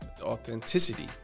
authenticity